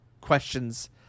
questions